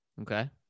okay